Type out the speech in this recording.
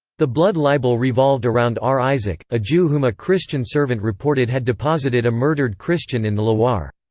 the blood libel revolved around r. isaac, a jew whom a christian servant reported had deposited a murdered christian in the loire.